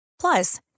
Plus